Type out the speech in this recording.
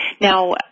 Now